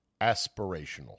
aspirational